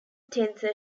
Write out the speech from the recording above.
tensor